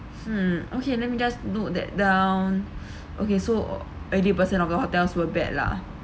hmm okay let me just note that down okay so eighty percent of the hotels were bad lah